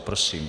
Prosím.